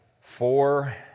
four